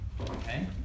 okay